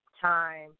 time